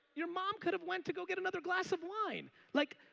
your mom could've went to go get another glass of wine. like